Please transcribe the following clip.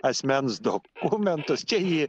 asmens dokumentus čia ji